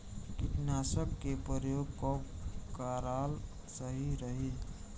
कीटनाशक के प्रयोग कब कराल सही रही?